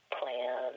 plan